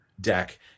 deck